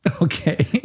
Okay